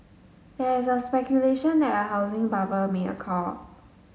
there is a speculation that a housing bubble may occur